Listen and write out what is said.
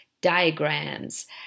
diagrams